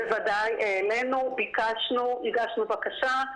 בוודאי שהעלינו, ביקשנו, הגשנו בקשה.